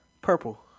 Purple